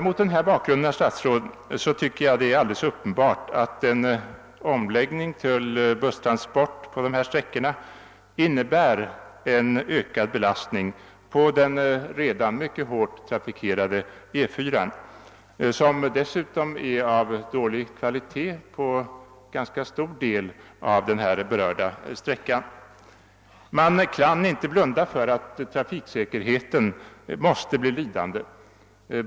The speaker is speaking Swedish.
Mot denna bakgrund, herr statsråd, tycker jag att det är alldeles uppenbart att en omläggning till busstransport på dessa sträckor innebär en ökad belastning på den redan mycket hårt trafikerade E 4:an, som dessutom är av dålig kvalitet på ganska stor del av den ifrågavarande sträckan. Man kan inte blunda för att trafiksäkerheten måste bli lidande.